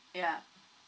yeah